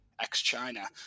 ex-China